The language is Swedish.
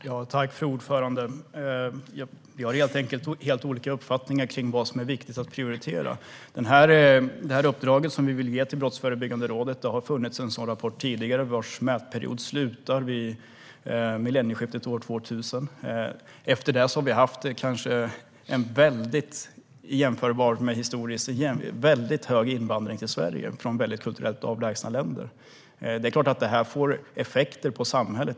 Fru talman! Jag och Petter Löberg har helt enkelt helt olika uppfattningar om vad som är viktigt att prioritera. Vi vill ge regeringen i uppdrag att beställa en rapport av Brottsförebyggande rådet. Det har funnits en sådan rapport tidigare, vars mätperiod slutade vid millennieskiftet. Efter det har vi haft en historiskt stor invandring till Sverige, från kulturellt avlägsna länder. Det är klart att det får effekter på samhället.